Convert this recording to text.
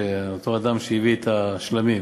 שהוא אותו אדם שהביא את השלמים.